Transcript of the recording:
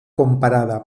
comparada